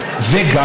וגם